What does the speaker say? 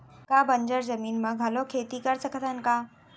का बंजर जमीन म घलो खेती कर सकथन का?